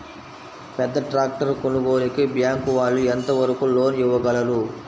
పెద్ద ట్రాక్టర్ కొనుగోలుకి బ్యాంకు వాళ్ళు ఎంత వరకు లోన్ ఇవ్వగలరు?